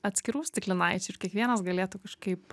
atskirų stiklinaičių ir kiekvienas galėtų kažkaip